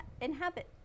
inhabit